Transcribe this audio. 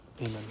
Amen